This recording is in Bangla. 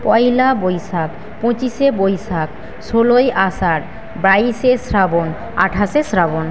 পয়লা বৈশাখ পঁচিশে বৈশাখ ষোলই আষাঢ় বাইশে শ্রাবণ আঠাশে শ্রাবণ